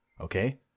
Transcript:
Okay